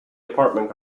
apartment